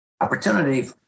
opportunity